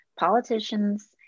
Politicians